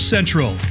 Central